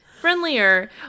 Friendlier